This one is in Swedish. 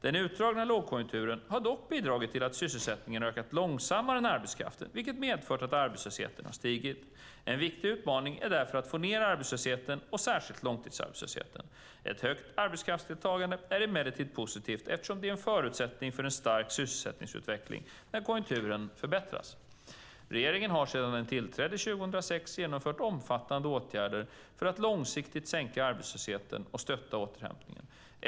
Den utdragna lågkonjunkturen har dock bidragit till att sysselsättningen har ökat långsammare än arbetskraften, vilket medfört att arbetslösheten har stigit. En viktig utmaning är därför att få ned arbetslösheten och särskilt långtidsarbetslösheten. Ett högt arbetskraftsdeltagande är emellertid positivt eftersom det är en förutsättning för en stark sysselsättningsutveckling när konjunkturen förbättras. Regeringen har sedan den tillträdde 2006 genomfört omfattande åtgärder för att långsiktigt sänka arbetslösheten och stötta återhämtningen.